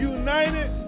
united